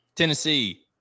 Tennessee